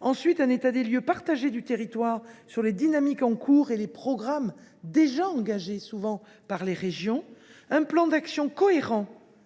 ensuite, un état des lieux partagé du territoire sur les dynamiques en cours et les programmes déjà engagés ; enfin, un plan d’action cohérent